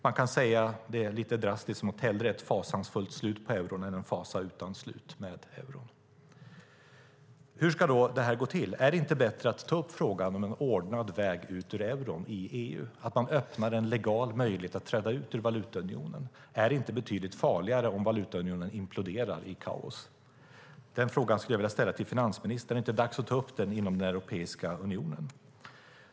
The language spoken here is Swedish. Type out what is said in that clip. Man kan lite drastiskt säga: Hellre ett fasansfullt slut på euron än en fasa utan slut med euron. Hur ska då detta gå till? Är det inte bättre att ta upp frågan om en ordnad väg ut ur euron i EU? Det handlar om att öppna en legal möjlighet att träda ut ur valutaunionen. Är det inte betydligt farligare om valutaunionen imploderar i kaos? Dessa frågor vill jag ställa till finansministern. Är det inte dags att ta upp dem inom den europeiska unionen?